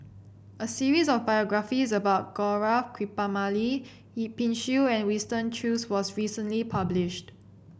a series of biographies about Gaurav Kripalani Yip Pin Xiu and Winston Choos was recently published